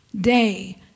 day